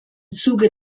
zuge